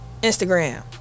Instagram